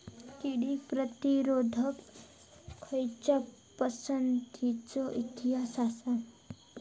कीटक प्रतिरोधक खयच्या पसंतीचो इतिहास आसा?